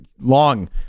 long